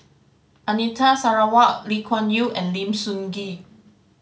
Anita Sarawak Lee Kuan Yew and Lim Sun Gee